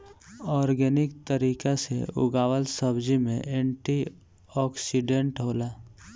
organic तरीका से उगावल सब्जी में एंटी ओक्सिडेंट होला